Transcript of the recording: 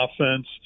offense